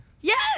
Yes